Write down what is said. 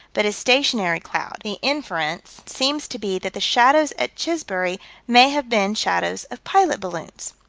but a stationary cloud the inference seems to be that the shadows at chisbury may have been shadows of pilot balloons.